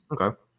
Okay